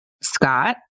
Scott